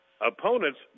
Opponents